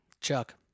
Chuck